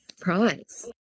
prize